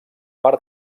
per